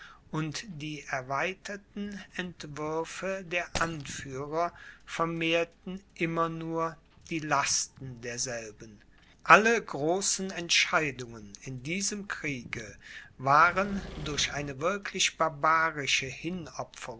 und die erweiterten entwürfe der anführer vermehrten immer nur die lasten derselben alle großen entscheidungen in diesem kriege waren durch eine wirklich barbarische